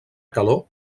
calor